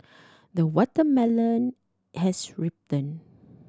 the watermelon has ripened